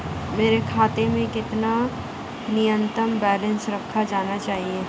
मेरे खाते में कितना न्यूनतम बैलेंस रखा जाना चाहिए?